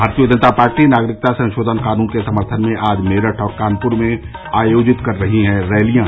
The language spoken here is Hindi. भारतीय जनता पार्टी नागरिकता संशोधन कानून के समर्थन में आज मेरठ और कानपुर में आयोजित कर रही है रैलियां